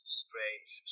strange